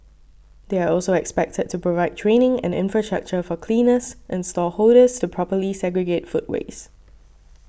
they are also expected to provide training and infrastructure for cleaners and stall holders to properly segregate food waste